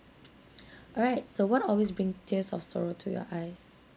alright so what always bring tears of sorrow to your eyes